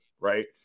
right